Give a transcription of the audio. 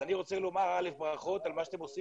אז אני רוצה לומר ברכות על מה שאתם עושים